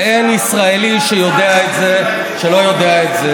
ואין ישראלי שלא יודע את זה.